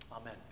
Amen